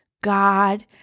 God